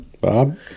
Bob